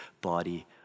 body